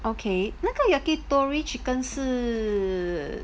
okay 那个 yakitori chicken 是